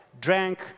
drank